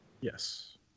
yes